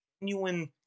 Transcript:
genuine